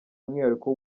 umwihariko